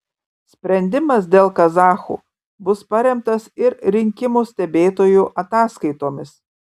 sprendimas dėl kazachų bus paremtas ir rinkimų stebėtojų ataskaitomis